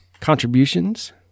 contributions